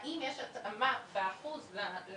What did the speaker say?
האם יש התאמה באחוז לצורך.